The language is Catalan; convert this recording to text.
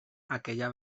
aquella